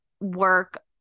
work